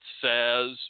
says